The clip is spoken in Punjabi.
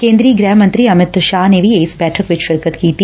ਕੇ'ਦਰੀ ਗ੍ਰਹਿ ਮੰਤਰੀ ਅਮਿਤ ਸ਼ਾਹ ਨੇ ਵੀ ਇਸ ਬੈਠਕ ਵਿਚ ਸ਼ਿਰਕਤ ਕੀਤੀ